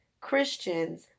Christians